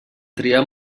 triar